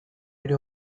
ere